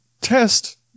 test